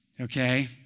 Okay